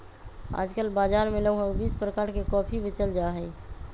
आजकल बाजार में लगभग बीस प्रकार के कॉफी बेचल जाहई